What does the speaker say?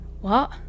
What